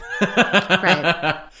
Right